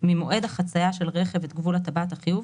ממועד החצייה של רכב את גבול טבעת החיוב,